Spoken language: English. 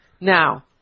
now